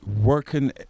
working